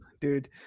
Dude